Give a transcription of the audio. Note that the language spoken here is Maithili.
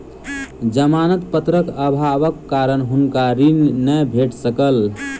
जमानत पत्रक अभावक कारण हुनका ऋण नै भेट सकल